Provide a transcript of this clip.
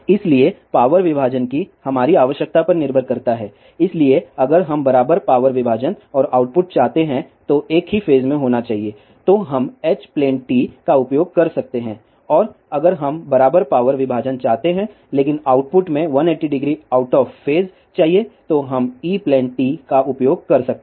इसलिए पावर विभाजन की हमारी आवश्यकता पर निर्भर करता है इसलिए अगर हम बराबर पावर विभाजन और आउटपुट चाहते हैं तो एक ही फेज में होना चाहिए तो हम एच प्लेन टी का उपयोग कर सकते हैं और अगर हम बराबर पावर विभाजन चाहते हैं लेकिन आउटपुट में 1800 आउट ऑफ फेज चाहिए तो हम ई प्लेन टी का उपयोग कर सकते हैं